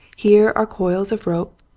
here are coils of rope,